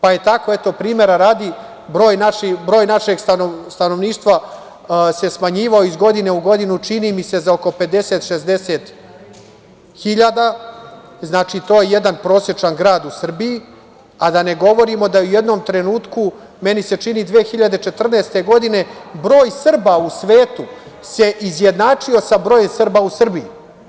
Tako je primera radi, broj našeg stanovništva se smanjivao iz godine u godinu, čini mi se, za oko 50, 60 hiljada, to je jedan prosečan grad u Srbiji, a da ne govorimo da je u jednom trenutku, meni se čini 2014. godine, broj Srba u svetu se izjednačio sa brojem Srba u Srbiji.